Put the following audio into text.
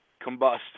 Combust